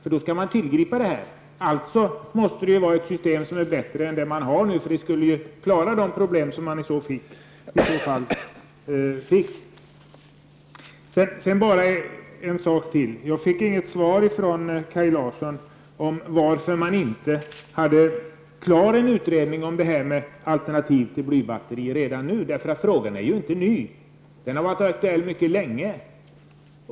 I sådant fall skulle man kunna tillgripa det, och det är alltså ett bättre system än det man nu har. Jag fick inget svar av Kaj Larsson på frågan varför man inte redan nu har en färdig utredning om alternativ till blybatterier. Frågan är ju inte ny; den har varit aktuell länge.